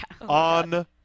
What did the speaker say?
On